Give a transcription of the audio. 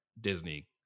disney